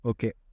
Okay